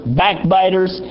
backbiters